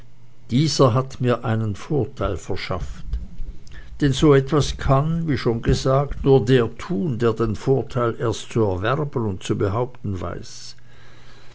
dieser hat mir einen vorteil verschafft denn so etwas kann wie schon gesagt nur der tun der den vorteil erst zu erwerben und zu behaupten weiß